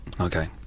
Okay